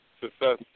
success